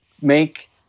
make